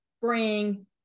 bring